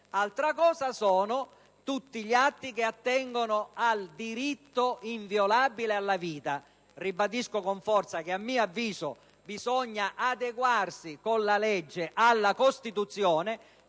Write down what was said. altra cosa sono tutti gli atti che attengono al diritto inviolabile alla vita. Ribadisco con forza anche che bisogna adeguarsi con la legge alla Costituzione